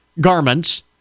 garments